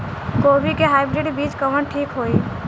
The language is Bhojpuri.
गोभी के हाईब्रिड बीज कवन ठीक होई?